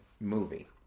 movie